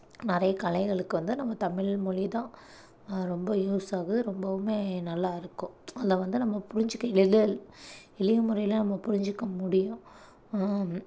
நிறைய கலைகளுக்கு வந்து நம்ம தமிழ் மொழிதான் ரொம்ப யூஸ் ஆகுது ரொம்பவுமே நல்லா இருக்கும் அதை வந்து நம்ம புரிஞ்சிக்க எளிதல் எளிய முறையில நம்ம புரிஞ்சிக்க முடியும்